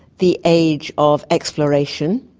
the age of exploration,